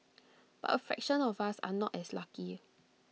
but A fraction of us are not as lucky